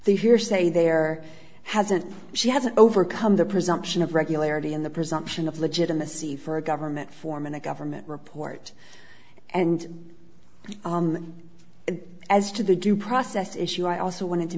the hearsay there hasn't she hasn't overcome the presumption of regularity and the presumption of legitimacy for a government form in a government report and as to the due process issue i also wanted to